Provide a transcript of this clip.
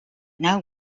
know